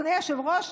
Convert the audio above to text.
אדוני היושב-ראש,